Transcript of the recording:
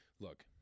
Look